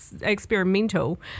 experimental